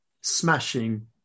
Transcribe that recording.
smashing